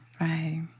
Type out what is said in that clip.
Right